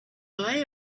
buy